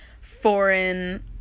foreign